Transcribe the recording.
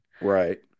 Right